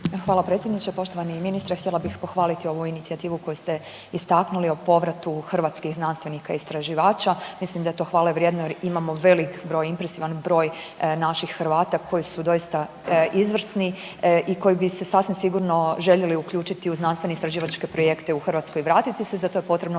Hvala predsjedniče. Poštovani ministre htjela bih pohvaliti ovu inicijativu koju ste istaknuli o povratu hrvatskih znanstvenika istraživača. Mislim da je to hvale vrijedno jer imamo veliki broj, impresivan broj naših Hrvata koji su doista izvrsni i koji bi se sasvim sigurno željeli uključiti u znanstveno istraživačke projekte u Hrvatskoj, vratiti se, za to je potrebno